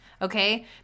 Okay